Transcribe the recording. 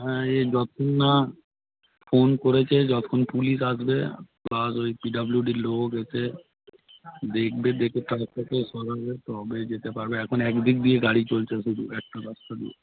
হ্যাঁ এই যতক্ষণ না ফোন করেছে যতক্ষণ পুলিশ আসবে প্লাস ওই পি ডাব্লু ডি র লোক এসে দেখবে দেখে ট্রাকটাকে সরাবে তবে যেতে পারবে এখন এক দিক দিয়ে গাড়ি চলছে শুধু একটা রাস্তা দিয়ে